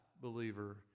believer